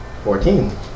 Fourteen